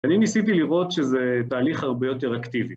אני ניסיתי לראות שזה תהליך הרבה יותר אקטיבי